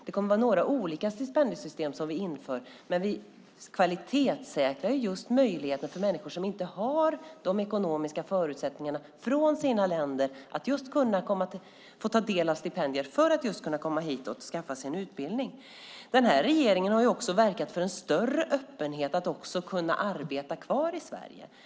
Vi kommer att införa några olika stipendiesystem, men vi kvalitetssäkrar möjligheter för människor som inte har de ekonomiska förutsättningarna från sina länder att få ta del av stipendier för att komma hit och skaffa sig en utbildning. Den här regeringen har också verkat för en större öppenhet att kunna arbeta kvar i Sverige.